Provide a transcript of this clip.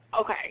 Okay